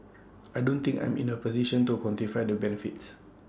I don't think I'm in A position to quantify the benefits